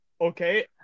Okay